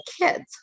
kids